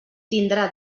tindrà